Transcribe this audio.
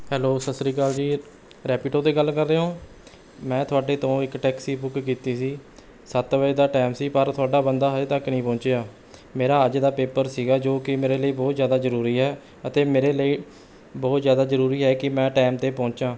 hello ਸਤਿ ਸ਼੍ਰੀ ਅਕਾਲ ਜੀ ਰੈਪੀਟੋ 'ਤੇ ਗੱਲ ਕਰ ਰਹੇ ਹੋਂ ਮੈਂ ਤੁਹਾਡੇ ਤੋਂ ਇੱਕ ਟੈਕਸੀ ਬੁੱਕ ਕੀਤੀ ਸੀ ਸੱਤ ਵਜੇ ਦਾ ਟਾਈਮ ਸੀ ਪਰ ਤੁਹਾਡਾ ਬੰਦਾ ਹਜੇ ਤੱਕ ਨਹੀਂ ਪਹੁੰਚਿਆ ਮੇਰਾ ਅੱਜ ਦਾ ਪੇਪਰ ਸੀ ਜੋ ਕਿ ਮੇਰੇ ਲਈ ਬਹੁਤ ਜ਼ਿਆਦਾ ਜ਼ਰੂਰੀ ਹੈ ਅਤੇ ਮੇਰੇ ਲਈ ਬਹੁਤ ਜ਼ਿਆਦਾ ਜ਼ਰੂਰੀ ਹੈ ਕਿ ਮੈਂ ਟਾਈਮ 'ਤੇ ਪਹੁੰਚਾਂ